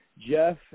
Jeff